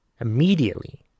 immediately